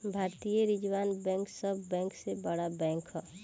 भारतीय reserve bank सब bank से बड़ बैंक ह